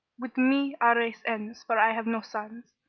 with me our race ends, for i have no sons.